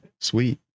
Sweet